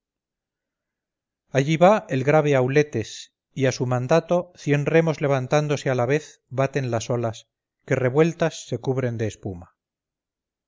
allí va el grave auletes y a su mandato cien remos levantándose a la vez baten las olas que revueltas se cubren de espuma